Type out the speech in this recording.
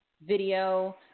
video